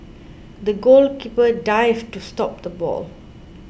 the goalkeeper dived to stop the ball